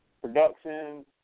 production